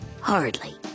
Hardly